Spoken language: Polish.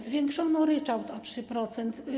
Zwiększono ryczałt o 3%.